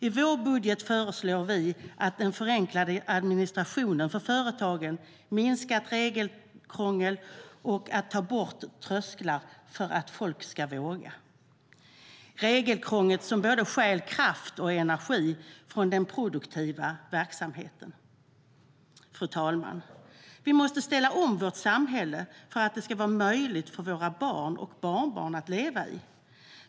I vår budget föreslår vi en förenklad administration för företagen, minskat regelkrångel och att trösklar tas bort - för att folk ska våga. Regelkrånglet stjäl både kraft och energi från den produktiva verksamheten. Fru talman! Vi måste ställa om vårt samhälle för att det ska vara möjligt för våra barn och barnbarn att leva i.